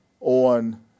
on